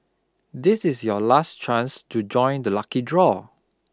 this is your last chance to join the lucky draw